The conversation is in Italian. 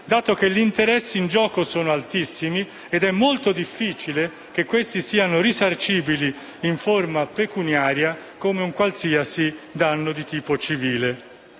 dato che gli interessi in gioco sono altissimi ed è molto difficile che questi siano risarcibili in forma pecuniaria come un qualsiasi danno di tipo civile.